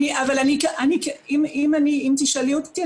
אם תשאלי אותי,